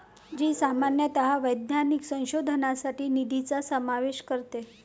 जी सामान्यतः वैज्ञानिक संशोधनासाठी निधीचा समावेश करते